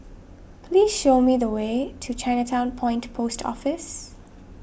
please show me the way to Chinatown Point Post Office